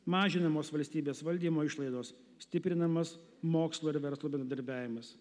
mažinamos valstybės valdymo išlaidos stiprinamas mokslo ir verslo bendradarbiavimas